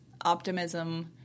optimism